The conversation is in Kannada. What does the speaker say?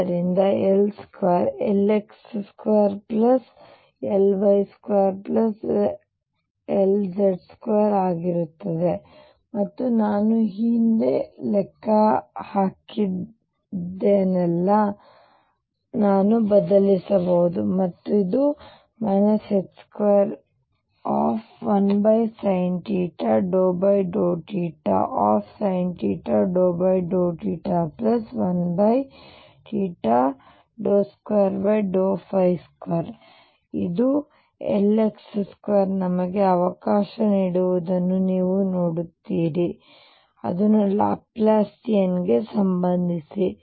ಆದ್ದರಿಂದ L2 Lx2Ly2Lz2 ಆಗಿರುತ್ತದೆ ಮತ್ತು ನಾನು ಈ ಹಿಂದೆ ಲೆಕ್ಕ ಹಾಕಿದ್ದನ್ನೆಲ್ಲ ನಾನು ಬದಲಿಸಬಹುದು ಮತ್ತು ಇದು 21sinθ∂θsinθ∂θ1 22 ಇದು Lx2 ನಮಗೆ ಅವಕಾಶ ನೀಡುವುದನ್ನು ನೀವು ನೋಡುತ್ತೀರಿ ಅದನ್ನು ಲ್ಯಾಪ್ಲೇಶಿಯನ್ ಗೆ ಸಂಬಂಧಿಸಿ